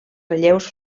relleus